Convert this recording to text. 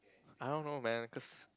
I don't know man cause